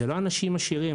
זה לא אנשים עשירים,